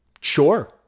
Sure